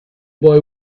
boy